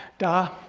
da.